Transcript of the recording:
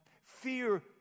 Fear